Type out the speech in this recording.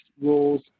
rules